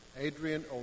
Adrian